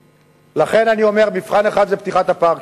לכן אני אומר, מבחן אחד זה פתיחת הפארקים.